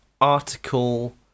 article